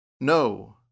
No